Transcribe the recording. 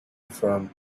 from